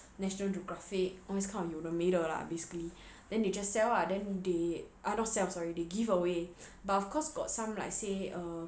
!whoa!